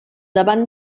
davant